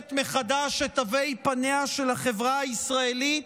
מחדש את תווי פניה של החברה הישראלית,